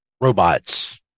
robots